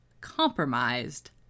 compromised